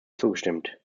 zugestimmt